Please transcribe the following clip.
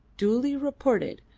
duly reported,